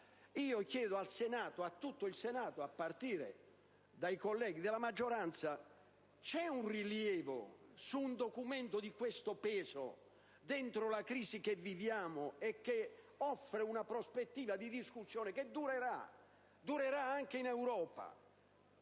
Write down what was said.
Chiedo a tutto il Senato, a partire dai colleghi della maggioranza, se esiste un rilievo su un documento di tal peso all'interno della crisi che viviamo e che offre una prospettiva di discussione che durerà anche in Europa.